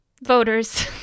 Voters